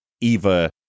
Eva